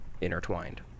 intertwined